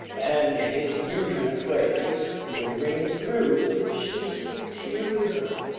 and his usual phrase would ring through the ship's interior.